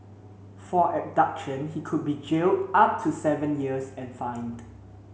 for abduction he could be jailed up to seven years and fined